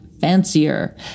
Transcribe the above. fancier